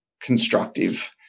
constructive